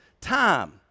time